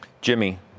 Jimmy